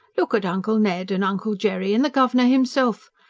look at uncle ned. and uncle jerry. and the governor himself.